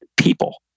people